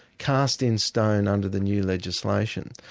cast in stone under the new legislation.